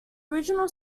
original